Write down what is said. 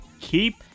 keep